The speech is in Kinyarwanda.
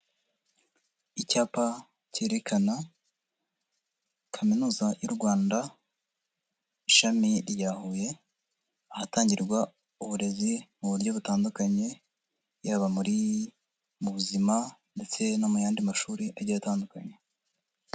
Icyapa cyerekana Kaminuza y'u Rwanda ishami rya Huye ahatangirwa uburezi mu buryo butandukanye, yaba muri mu buzima ndetse no mu yandi mashuri agiye atandukanye.